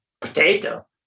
potato